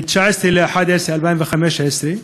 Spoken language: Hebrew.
ב-19 בנובמבר 2015,